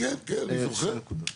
כן אני זוכר.